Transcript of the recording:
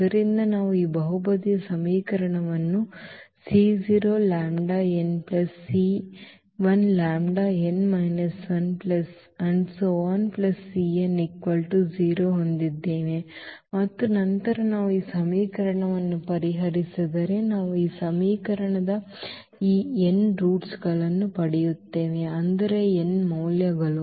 ಆದ್ದರಿಂದ ನಾವು ಈ ಬಹುಪದೀಯ ಸಮೀಕರಣವನ್ನು ಹೊಂದಿದ್ದೇವೆ ಮತ್ತು ನಂತರ ನಾವು ಈ ಸಮೀಕರಣವನ್ನು ಪರಿಹರಿಸಿದರೆ ನಾವು ಈ ಸಮೀಕರಣದ ಈ n ರೂಟ್ಸ್ ಗಳನ್ನು ಪಡೆಯುತ್ತೇವೆ ಅಂದರೆ n ನ ಮೌಲ್ಯಗಳು